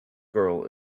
girl